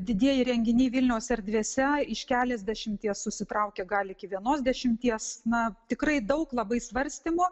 didieji renginiai vilniaus erdvėse iš keliasdešimties susitraukė gal iki vienos dešimties na tikrai daug labai svarstymų